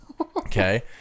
Okay